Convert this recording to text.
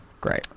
Great